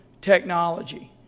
technology